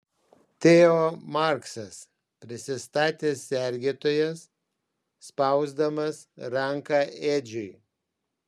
teo marksas prisistatė sergėtojas spausdamas ranką edžiui